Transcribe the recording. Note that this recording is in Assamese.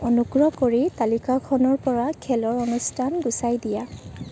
অনুগ্ৰহ কৰি তালিকাখনৰ পৰা খেলৰ অনুষ্ঠান গুচাই দিয়া